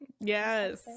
Yes